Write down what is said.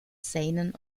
seinen